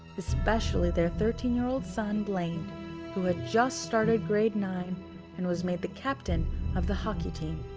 especially their thirteen year old son, blaine who had just started grade nine and was made the captain of the hockey team.